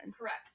Correct